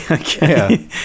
okay